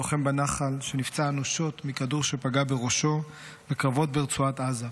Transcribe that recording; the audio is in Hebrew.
לוחם בנח"ל שנפצע אנושות מכדור שפגע בראשו בקרבות ברצועת עזה.